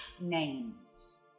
names